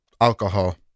alcohol